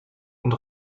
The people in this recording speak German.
und